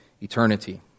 eternity